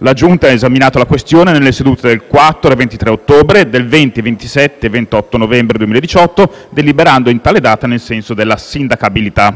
La Giunta ha esaminato la questione nelle sedute del 4 e 23 ottobre 2018 e del 20, 27 e 28 novembre 2018, deliberando in tale data nel senso della sindacabilità.